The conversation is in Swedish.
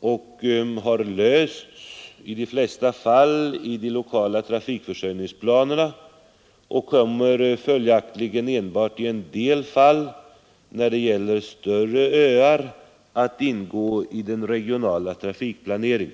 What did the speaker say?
och har i de flesta fall ordnats genom de lokala trafikförsörjningsplanerna. Den kommer följaktligen enbart i en del fall — när det gäller större öar — att ingå i den regionala trafikplaneringen.